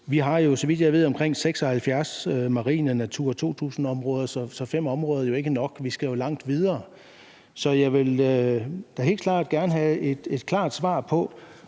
vi har jo, så vidt jeg ved, omkring 76 marine Natura 2000-områder, så 5 områder er jo ikke nok. Vi skal langt videre. Så jeg vil da helt klart gerne have et klart svar på,